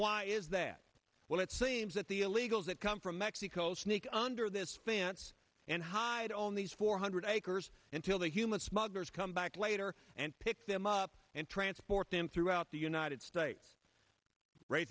why is that well it seems that the illegals that come from mexico sneak under this fence and hide on these four hundred acres until the human smugglers come back later and pick them up and transport them throughout the united states right